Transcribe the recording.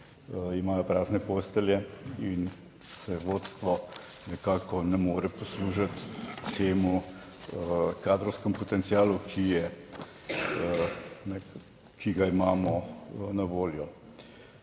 imajo prazne postelje in se vodstvo nekako ne more poslužiti temu kadrovskem potencialu, ki je, ki ga imamo na voljo.